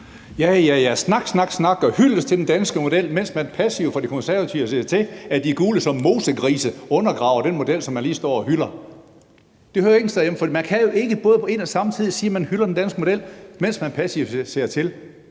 Ja, ja, det er snak, snak og hyldest til den danske model – mens man fra De Konservatives side ser passivt til, at de gule fagforeninger som mosegrise undergraver den model, som man lige har stået og hyldet. Det hører ingen steder hjemme, for man kan jo ikke på én og samme tid sige, at man hylder den danske model, mens man ser passivt til,